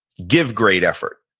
give great effort,